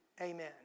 Amen